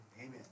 Amen